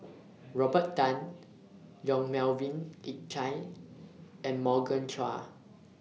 Robert Tan Yong Melvin Yik Chye and Morgan Chua